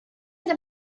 that